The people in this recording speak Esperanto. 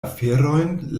aferojn